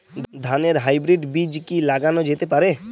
ধানের হাইব্রীড বীজ কি লাগানো যেতে পারে?